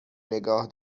نگاه